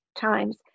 times